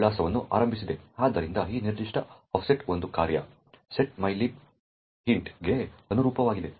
ಆದ್ದರಿಂದ ಈ ನಿರ್ದಿಷ್ಟ ಆಫ್ಸೆಟ್ ಒಂದು ಕಾರ್ಯ set mylib int ಗೆ ಅನುರೂಪವಾಗಿದೆ